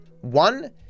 One